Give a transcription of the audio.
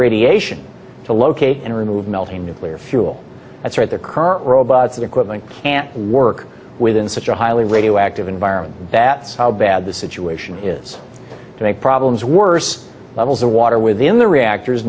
radiation to locate and remove melting nuclear fuel that's right there current robots that equipment can't work within such a highly radioactive environment that how bad the situation is to make problems worse levels of water within the reactors